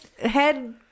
head